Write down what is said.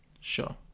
Sure